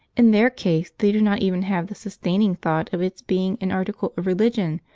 in their case they do not even have the sustaining thought of its being an article of religion,